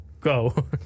go